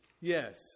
Yes